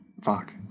Fuck